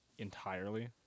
Entirely